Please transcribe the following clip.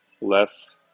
less